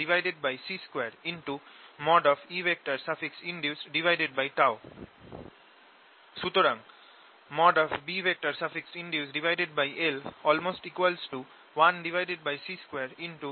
Binducedl1C2Einduced সুতরাং Binducedl1C2Einduced